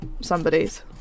somebody's